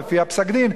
לפי פסק-הדין,